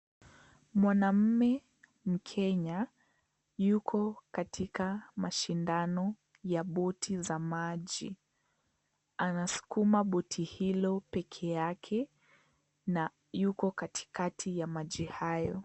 Mwanamume mkenya yuko katika mashindano ya boti za maji anasukuma boti hilo peke yake na yuko katikati ya maji hayo.